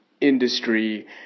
industry